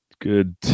Good